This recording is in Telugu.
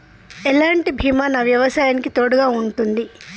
ఎలాంటి బీమా నా వ్యవసాయానికి తోడుగా ఉంటుంది?